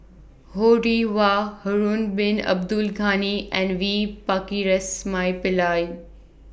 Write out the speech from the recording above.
Ho Rih Hwa Harun Bin Abdul Ghani and V Pakirisamy Pillai